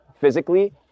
physically